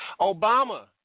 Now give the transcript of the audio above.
Obama